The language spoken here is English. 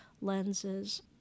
lenses